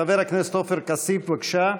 חבר הכנסת עופר כסיף, בבקשה.